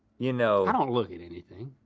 you know i don't look at anything.